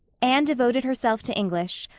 anne devoted herself to english,